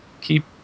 keep